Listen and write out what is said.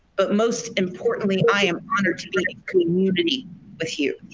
but most importantly i am honored to be in community with you.